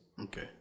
Okay